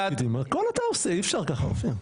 הכול אתה עושה, אי אפשר ככה, אופיר.